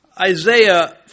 Isaiah